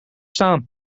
staan